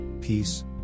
peace